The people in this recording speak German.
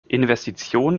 investitionen